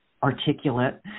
articulate